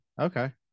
okay